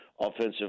offensive